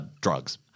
drugs